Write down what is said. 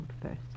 first